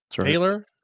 taylor